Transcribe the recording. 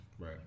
Right